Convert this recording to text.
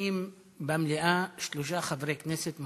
נמצאים במליאה שלושה חברי כנסת מהאופוזיציה.